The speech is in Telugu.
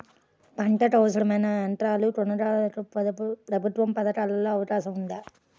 పంటకు అవసరమైన యంత్రాల కొనగోలుకు ప్రభుత్వ పథకాలలో అవకాశం ఉందా?